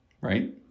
Right